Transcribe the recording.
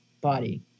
body